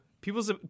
people's